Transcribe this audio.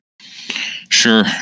Sure